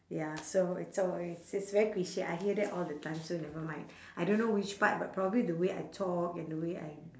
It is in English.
ya so it's always it's very cliche I hear that all the time so never mind I don't know which part but probably the way I talk and the way I